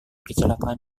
kecelakaan